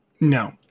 No